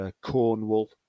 Cornwall